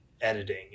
editing